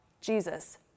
Jesus